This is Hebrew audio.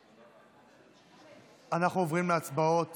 אנחנו עוברים להצבעות